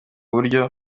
buryo